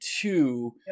two